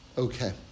Okay